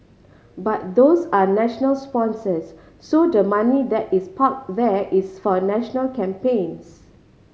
but those are national sponsors so the money that is parked there is for national campaigns